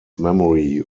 memory